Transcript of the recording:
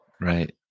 Right